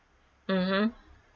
mmhmm